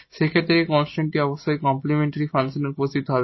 সেই ক্ষেত্রে এই কন্সট্যান্টটি অবশ্যই কমপ্লিমেন্টরি ফাংশনে উপস্থিত হবে